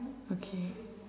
okay